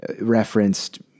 referenced